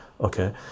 okay